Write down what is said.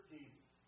Jesus